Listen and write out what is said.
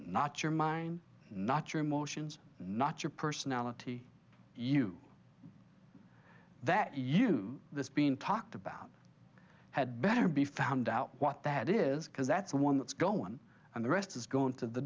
not your mind not your emotions not your personality you that you this being talked about had better be found out what that is because that's the one that's gone and the rest is going to the